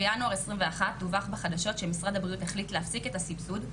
בינואר 21 דווח בחדשות שמשרד הבריאות החליט להפסיק את הסבסוד,